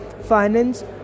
finance